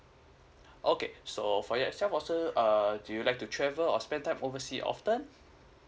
okay so for yourself also uh do you like to travel or spend time oversea often